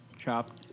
chopped